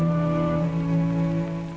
who